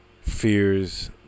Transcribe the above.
fears